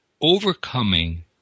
overcoming